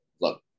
look